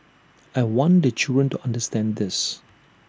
I want the children to understand this